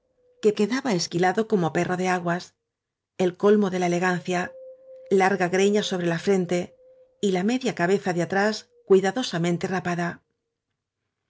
que quedaba esquilado como perro de aguas el colmo de la elegancia larga greña sobre la frente y la media cabeza de atrás cuidadosamente rapada